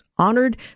honored